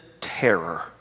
terror